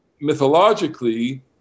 mythologically